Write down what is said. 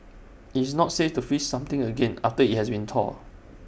IT is not safe to freeze something again after IT has been thawed